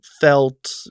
felt